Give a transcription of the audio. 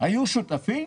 - היו שותפים?